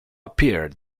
appeared